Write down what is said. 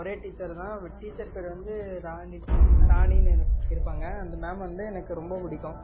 ஒரே டீச்சரு தான் டீச்சர் பேர் வந்து ராணி ராணின்னு இருப்பாங்க அந்த மேம் வந்து எனக்கு ரொம்ப பிடிக்கும்